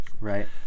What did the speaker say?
Right